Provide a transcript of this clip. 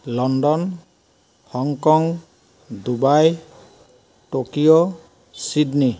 London Hong Kong Dubai Tokyo Sydney